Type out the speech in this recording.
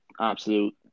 absolute